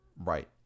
Right